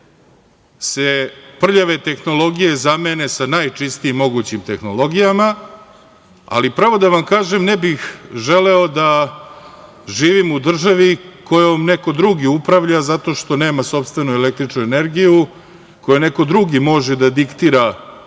se prljave tehnologije zamene najčistijim mogućim tehnologijama, ali, pravo da vam kažem, ne bih želeo da živim u državi kojom neko drugi upravlja zato što nema sopstvenu električnu energiju, kojoj neko drugi može da diktira